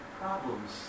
problems